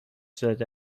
زده